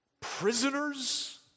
prisoners